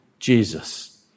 Jesus